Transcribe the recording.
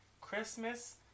Christmas